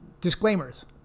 Disclaimers